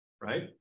right